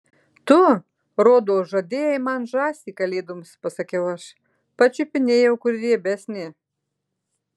tu rodos žadėjai man žąsį kalėdoms pasakiau aš pačiupinėjau kuri riebesnė